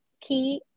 key